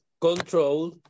control